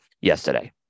yesterday